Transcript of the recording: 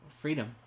freedom